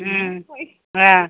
ம் ஆ